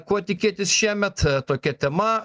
ko tikėtis šiemet tokia tema